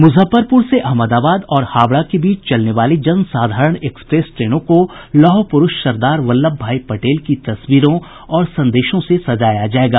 मुजफ्फरपुर से अहमदाबाद और हावड़ा के बीच चलने वाली जनसाधारण एक्सप्रेस ट्रेनों को लौहपुरूष सरदार वल्लभ भाई पटेल की तस्वीरों और संदेशों से सजाया जायेगा